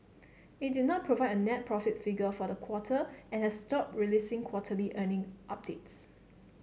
it did not provide a net profit figure for the quarter and has stopped releasing quarterly earning updates